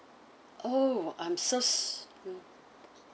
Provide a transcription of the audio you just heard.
oh I'm so mm